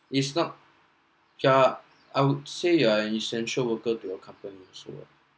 it's not yeah I would say ah essential worker to your company also ah